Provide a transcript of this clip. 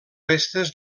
restes